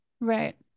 Right